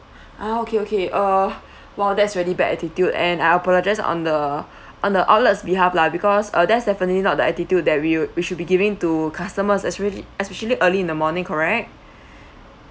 ah okay okay uh !wow! that's really bad attitude and I apologise on the on the outlets behalf lah because uh that's definitely not the attitude that we we should be giving to customers as really especially early in the morning correct